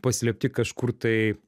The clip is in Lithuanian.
paslėpti kažkur tai